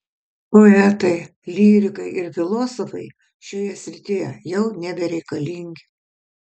poetai lyrikai ir filosofai šioje srityje jau nebereikalingi